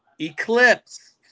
Eclipse